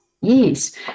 Yes